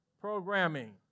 programming